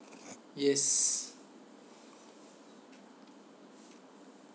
yes